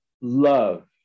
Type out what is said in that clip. love